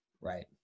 Right